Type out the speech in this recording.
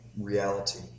reality